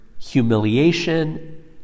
humiliation